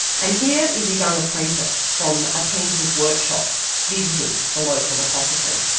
and here is a young apprentice from a painter's workshop visiting the local apothecary.